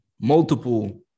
multiple